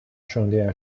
圣殿